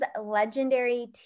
legendary